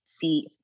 see